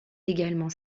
également